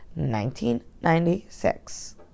1996